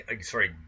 sorry